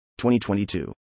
2022